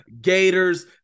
gators